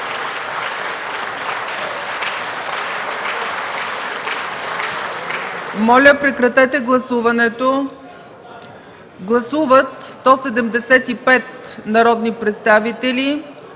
Моля, прекратете гласуването. Гласували 175 народни представители: